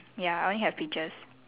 ya I only have peaches